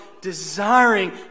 desiring